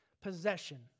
possession